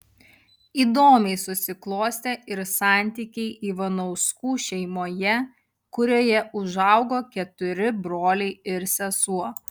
įdomiai susiklostė ir santykiai ivanauskų šeimoje kurioje užaugo keturi broliai ir sesuo